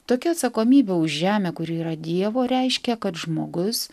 tokia atsakomybė už žemę kuri yra dievo reiškia kad žmogus